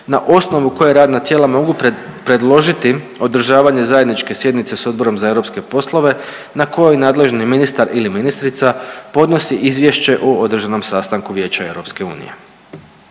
na osnovu koje radna tijela mogu predložiti održavanje zajedničke sjednice sa Odborom za europske poslove na kojoj nadležni ministar ili ministrica podnosi izvješće o održanom sastanku Vijeća Europske unije.